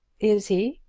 is he?